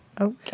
Okay